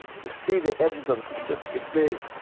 to see the edges of the pacific. it's big,